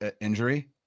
injury